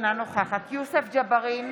אינה נוכחת יוסף ג'בארין,